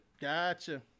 gotcha